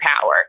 power